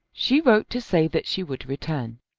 she wrote to say that she would return.